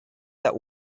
that